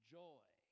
joy